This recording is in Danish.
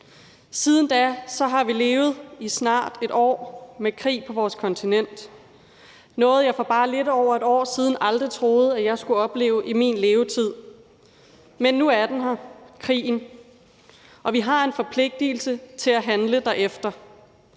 siden da har vi levet – i snart 1 år – med krig på vores kontinent, noget, jeg for bare lidt over et år siden aldrig troede, at jeg skulle opleve i min levetid. Men nu er den her, krigen, og vi har en forpligtigelse til at handle derefter.